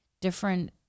different